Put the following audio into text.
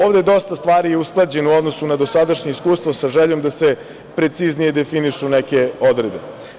Ovde je dosta stvari usklađeno u odnosu na dosadašnje iskustvo, sa željom da se preciznije definišu neke odredbe.